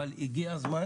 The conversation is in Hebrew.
אבל הגיע הזמן